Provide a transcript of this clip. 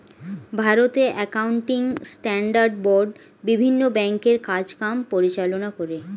ভারতে accounting standard board বিভিন্ন ব্যাংকের কাজ কাম পরিচালনা করে